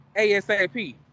ASAP